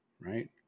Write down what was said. right